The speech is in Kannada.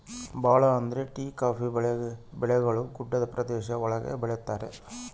ಭಾಳ ಅಂದ್ರೆ ಟೀ ಕಾಫಿ ಬೆಳೆಗಳು ಗುಡ್ಡ ಪ್ರದೇಶ ಒಳಗ ಬೆಳಿತರೆ